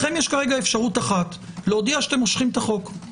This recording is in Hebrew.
לכם יש כרגע אפשרות אחת להודיע שאתם מושכים את החוק.